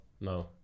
no